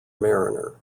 mariner